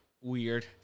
weird